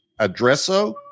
addresso